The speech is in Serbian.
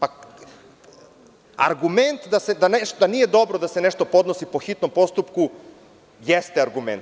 Argument da nije dobro da se nešto podnosi po hitnom postupku jeste argument.